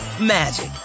magic